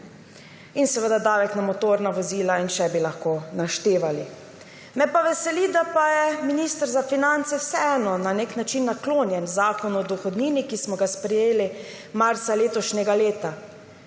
In seveda davek na motorna vozila in še bi lahko naštevali. Me pa veseli, da je minister za finance vseeno na nek način naklonjen Zakonu o dohodnini, ki smo ga sprejeli marca letošnjega leta.